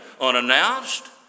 unannounced